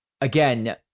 again